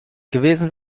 gewesen